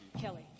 Kelly